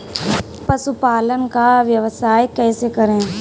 पशुपालन का व्यवसाय कैसे करें?